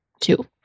two